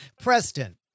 Preston